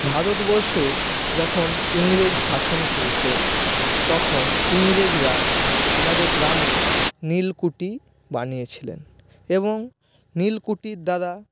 ভারতবর্ষে যখন ইংরেজ শাসন করতো তখন ইংরেজরা আমাদের গ্রামে নীলকুঠি বানিয়েছিলেন এবং নীলকুঠির দ্বারা